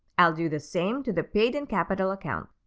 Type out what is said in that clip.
i'll do the same to the paid in capital account.